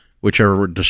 whichever